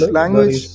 language